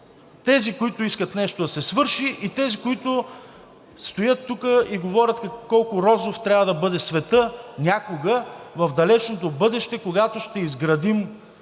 тези, които искат нещо да се свърши, и тези, които стоят тук и говорят колко розов трябва да бъде светът някога в далечното бъдеще, когато ще изградим